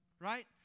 right